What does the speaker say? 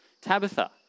Tabitha